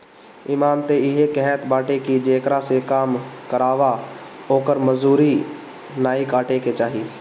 इमान तअ इहे कहत बाटे की जेकरा से काम करावअ ओकर मजूरी नाइ काटे के चाही